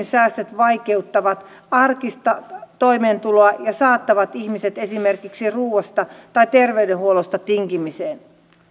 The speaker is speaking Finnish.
säästöt vaikeuttavat arkista toimeentuloa ja saattavat ihmiset esimerkiksi ruoasta tai terveydenhuollosta tinkimiseen